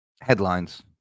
headlines